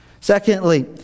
Secondly